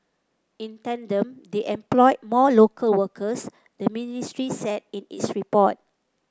in tandem they employed more local workers the ministry said in its report